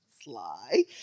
Sly